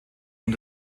und